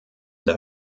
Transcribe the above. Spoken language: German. der